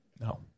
No